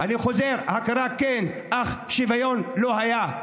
אני חוזר: הכרה כן, אך שוויון לא היה.